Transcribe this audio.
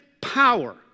power